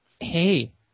Hey